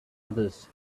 others